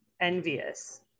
envious